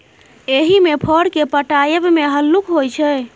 एहिमे फर केँ पटाएब मे हल्लुक होइ छै